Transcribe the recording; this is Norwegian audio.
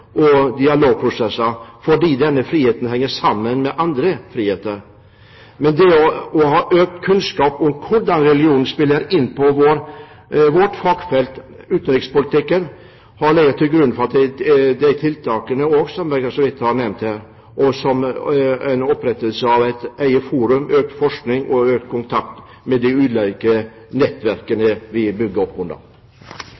og dialogprosessene, fordi denne friheten henger sammen med andre friheter. Men det å ha økt kunnskap om hvordan religionen spiller inn på vårt fagfelt, utenrikspolitikken, har ligget til grunn for de tiltakene som jeg så vidt har nevnt her – som opprettelse av et eget forum, økt forskning og økt kontakt med de ulike nettverkene